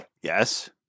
Yes